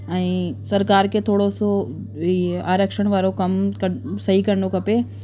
ऐं सरकार खे थोरो सो आरक्षण वारो कमु सही करिणो खपे